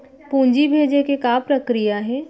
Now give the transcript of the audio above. पूंजी भेजे के का प्रक्रिया हे?